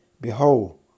Behold